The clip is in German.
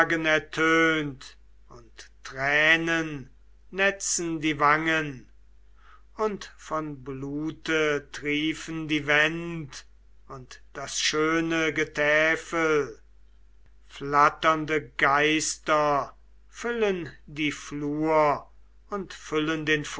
und tränen netzen die wangen und von blute triefen die wänd und das schöne getäfel flatternde geister füllen die flur und füllen